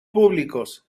públicos